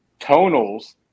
tonals